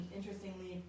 Interestingly